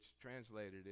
translated